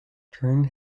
during